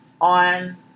on